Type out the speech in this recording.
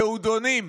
יהודונים.